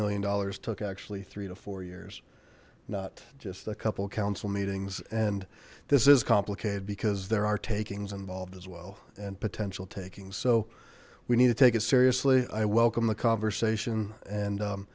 million dollars took actually three to four years not just a couple council meetings and this is complicated because there are takings involved as well and potential takings so we need to take it seriously i welcome the conversation and